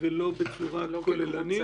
ולא בצורה כוללנית.